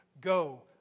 go